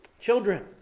Children